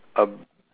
a